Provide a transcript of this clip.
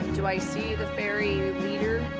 do i see the fairy leader?